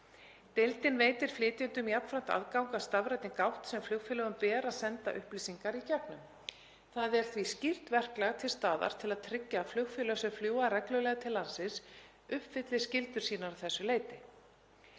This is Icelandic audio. Deildin veitir flytjendum jafnframt aðgang að stafrænni gátt sem flugfélögum ber að senda upplýsingar í gegnum. Það er því skýrt verklag til staðar til að tryggja að flugfélög sem fljúga reglulega til landsins uppfylli skyldur sínar að þessu leyti.